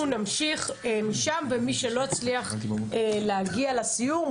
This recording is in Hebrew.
אנחנו נמשיך שם ומי שלא יצליח להגיע לסיור,